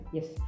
Yes